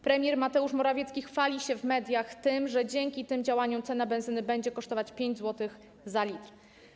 Premier Mateusz Morawiecki chwali się w mediach tym, że dzięki tym działaniom cena benzyny będzie wynosić 5 zł za litr.